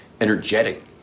energetic